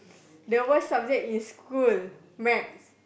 the worst subject in school maths